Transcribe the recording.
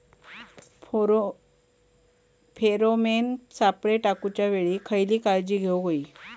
Pheromone सापळे टाकूच्या वेळी खयली काळजी घेवूक व्हयी?